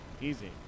easy